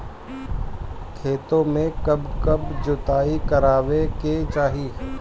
खेतो में कब कब जुताई करावे के चाहि?